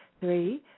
three